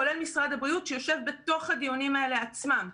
כולל ממשרד הבריאות שיושב בתוך הדיונים האלה עצמם,